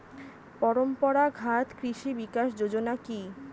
পরম্পরা ঘাত কৃষি বিকাশ যোজনা কি?